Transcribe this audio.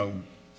know